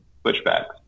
switchbacks